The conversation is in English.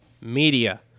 Media